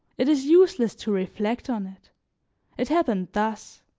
it is useless to reflect on it it happened thus.